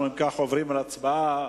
אנחנו עוברים להצבעה.